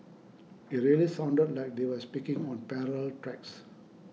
it really sounded like they were speaking on parallel tracks